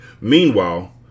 Meanwhile